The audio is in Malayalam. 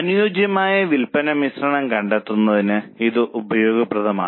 അനുയോജ്യമായ വിൽപ്പന മിശ്രണം കണ്ടെത്തുന്നതിന് ഇത് ഉപയോഗപ്രദമാണ്